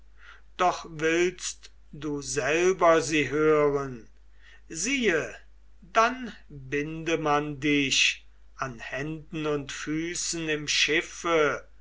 doch willst du selber sie hören siehe dann binde man dich an händen und füßen im schiffe